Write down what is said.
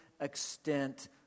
extent